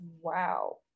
Wow